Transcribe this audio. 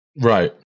Right